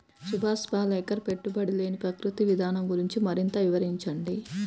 సుభాష్ పాలేకర్ పెట్టుబడి లేని ప్రకృతి విధానం గురించి మరింత వివరించండి